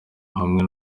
hamwe